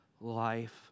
life